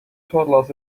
toddlers